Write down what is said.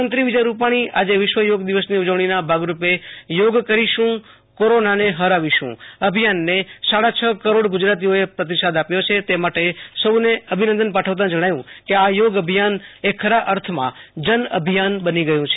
મુખ્યમંત્રી વિજય રૂપાણી આજે વિદ્ય યોગ દિવસની ઉજવણીના ભાગરૂપે યોગ કરીશુકોરોનાને હરાવીશુ અભિયાનને સાડા છ કરોડ ગુજરાતઓએ પ્રતિસાદ આપ્યો છે તે માટે સૌને અભિનંદન પાઠવતા જણાવ્યુ કે આ યોગ અભિયાન એ ખરા અર્થમાં જન અભિયાન બની ગયુ છે